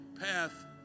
path